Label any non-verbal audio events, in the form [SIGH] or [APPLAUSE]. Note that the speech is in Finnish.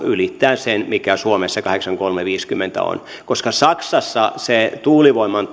ylittää sen mikä suomessa kahdeksankymmentäkolme pilkku viisikymmentä on koska saksassa se tuulivoiman [UNINTELLIGIBLE]